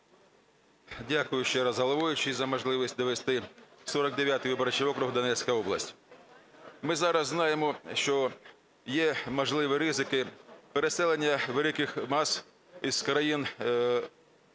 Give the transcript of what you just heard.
Дякую ще раз, головуючий, за можливість довести. 49 виборчий округ, Донецька область. Ми зараз знаємо, що є можливі ризики переселення великих мас із країн